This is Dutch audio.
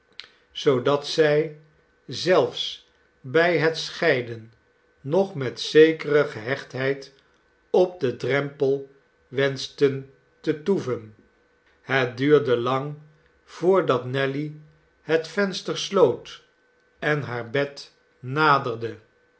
zoodat zij zelfs bij het scheiden nog met zekere gehechtheid op den drempel wenschten te toeven het duurde lang voordat nelly het venster sloot en haar bed naderde